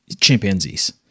chimpanzees